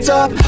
up